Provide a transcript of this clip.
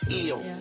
ill